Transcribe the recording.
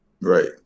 right